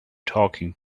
talking